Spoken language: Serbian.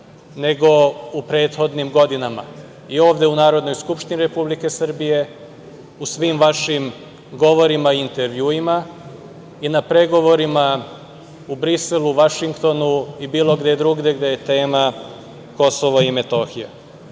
nego u prethodnim godinama i ovde u Narodnoj skupštini Republike Srbije u svim vašim govorima i intervjuima i na pregovorima u Briselu, Vašingtonu i bilo gde drugde gde je tema Kosovo i Metohija. Ako